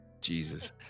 Jesus